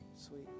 sweet